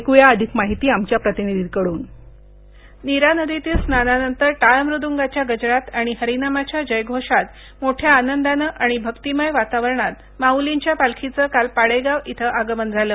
याविषयी अधिक माहितीः नीरा नदीतील स्नानानंतर टाळ मृदुंगाच्या गजरात आणि हरिनामाच्या जयघोषात मोठया आनंदाने आणि भक्तीमय वातावरणात माउलींच्या पालखीचं काल पाडेगाव इथं आगमन झालं